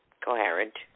coherent